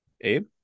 Abe